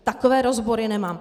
Takové rozbory nemám.